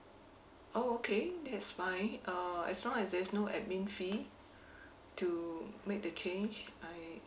oh okay that's fine uh as long as there's no admininstration fee to make the change I